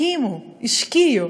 הקימו, השקיעו,